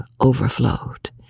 overflowed